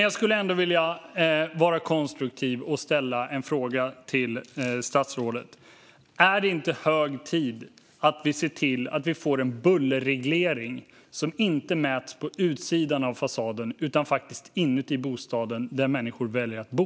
Jag vill ändå vara konstruktiv och ställa en fråga till statsrådet. Är det inte hög tid att se till att vi får en bullerreglering som inte mäts på utsidan av fasaden utan inne i bostaden, där människor väljer att bo?